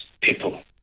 people